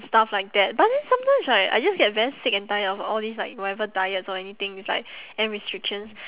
stuff like that but then sometimes right I just get very sick and tired of all this like whatever diets or anything it's like and restrictions